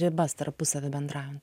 ribas tarpusavy bendraujant